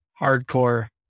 hardcore